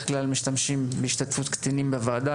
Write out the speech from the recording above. משתמשים בו כאשר משתתפים קטינים בוועדה,